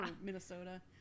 Minnesota